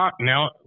Now